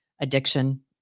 addiction